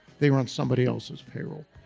they were on somebody else's payroll.